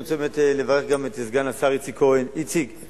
אני רוצה לברך את סגן השר איציק כהן על